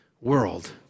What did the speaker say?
world